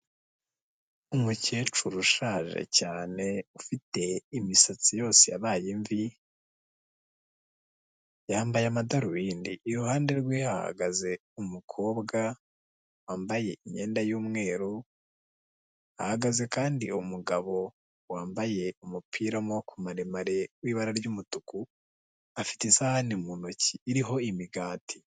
Umukecuru ushaje cyane ufite imisatsi yose yabaye imvi yambaye amadarubindi, iruhande rwe hahagaze umukobwa wambaye imyenda y'umweru, hahagaze kandi umugabo wambaye umupira w'amaboko maremare w'ibara ry'umutuku, afite isahane mu ntoki iriho imigati.